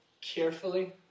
carefully